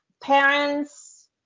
parents